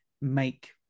make